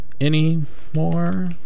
anymore